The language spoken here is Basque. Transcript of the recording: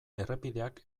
errepideak